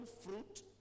fruit